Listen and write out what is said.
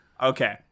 Okay